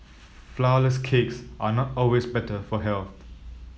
flourless cakes are not always better for health